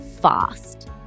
fast